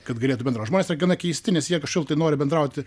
kad galėtų bendraut žmonės yra gana keisti nes jie kažkodėltai nori bendrauti